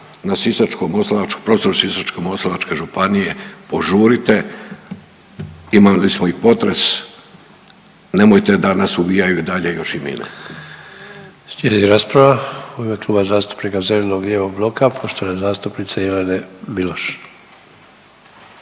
prostoru Sisačko-moslavačke županije požurite. Imali smo i potres, nemojte da nas ubijaju dalje još i mine.